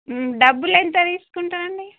డబ్బులు ఎంత తీసుకుంటారండి